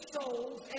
souls